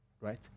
right